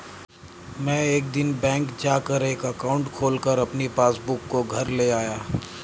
मै एक दिन बैंक जा कर एक एकाउंट खोलकर अपनी पासबुक को घर ले आया